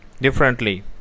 differently